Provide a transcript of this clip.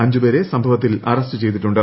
അഞ്ചു പേരെ സംഭവത്തിൽ അറസ്റ്റ് ചെയ്തിട്ടുണ്ട്